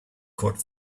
caught